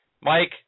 Mike